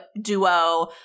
duo